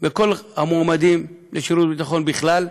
והמועמדים לשירות ביטחון בכלל?